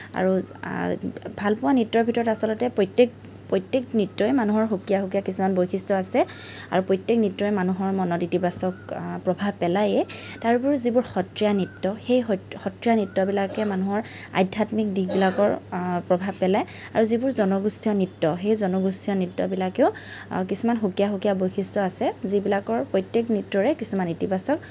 আৰু ভালপোৱা নৃত্যৰ ভিতৰত আচলতে প্ৰত্যেক প্ৰত্য়েক নৃত্যয়ে মানুহৰ সুকীয়া সুকীয়া কিছুমান বৈশিষ্ট্য আছে আৰু প্ৰত্যেক নৃত্যয়ে মানুহৰ মনত ইতিবাচক প্ৰভাৱ পেলাইয়ে তাৰ উপৰিও যিবোৰ সত্ৰীয়া নৃত্য সেই সত সত্ৰীয়া নৃত্যবিলাকে মানুহৰ আধ্যাত্মিক দিশবিলাকৰ প্ৰভাৱ পেলাই আৰু যিবোৰ জনগোষ্ঠীয় নৃত্য সেই জনগোষ্ঠীয় নৃত্যবিলাকেও কিছুমান সুকীয়া সুকীয়া বৈশিষ্ট্য আছে যিবিলাকৰ প্ৰত্যেক নৃত্যৰে কিছুমান ইতিবাচক